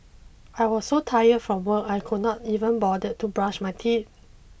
I was so tired from work I could not even bothered to brush my teeth